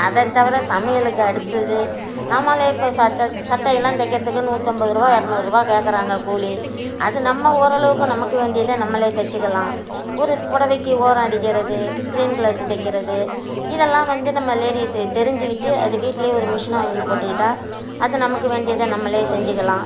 அதைத் தவிர சமையலுக்கு அடுத்தது நம்மாளே இப்போ சட்ட சட்டையெல்லாம் தைக்கிறதுக்கு நூத்தம்பதுருபா இரநூற்ருவா கேட்குறாங்க கூலி அது நம்ம ஓரளவுக்கு நமக்கு வேண்டியதை நம்மளே தைச்சிக்கலாம் ஒரு புடவைக்கு ஓரம் அடிக்கிறது ஸ்க்ரீன் க்ளாத் தைக்கிறது இதெல்லாம் வந்து நம்ம லேடிஸ் தெரிஞ்சிக்கிட்டு அது வீட்டிலையே ஒரு மிஷினை வாங்கி போட்டுக்கிட்டால் அது நமக்கு வேண்டியதை நம்மளே செஞ்சிக்கலாம்